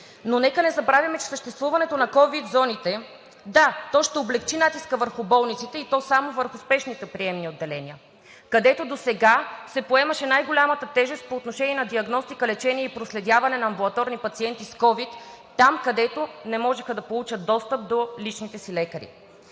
но нека не забравяме, че съществуването на ковид зоните, да, то ще облекчи натиска върху болниците, и то само върху спешните приемни отделения, където досега се поемаше най-голямата тежест по отношение на диагностика, лечение и проследяване на амбулаторни пациенти с ковид, там, където не можеха да получат достъп до личните си лекари.